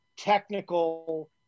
technical